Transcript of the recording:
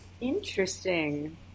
Interesting